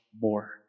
more